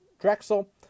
Drexel